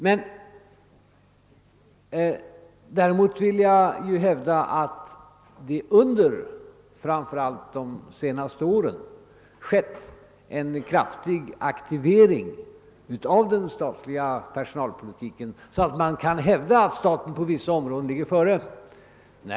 Men däremot hävdar jag att det under framför allt de senaste åren skett en kraftig aktivering av den statliga personalpolitiken, så att man kan säga att staten på en del områden ligger före.